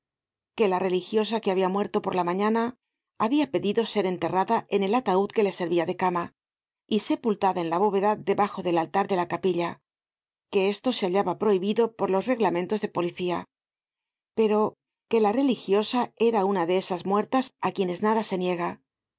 que la religiosa quehabia muerto por la mañana habia pedido ser enterrada en el ataud que le servia de cama y sepultada en la bóveda debajo del altar de la capilla que esto se hallaba prohibido por los reglamentos de policía pero que la religiosa era una de esas muertas á quienes nada se niega